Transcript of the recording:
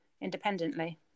independently